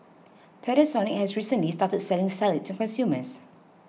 Panasonic has recently started selling salad to consumers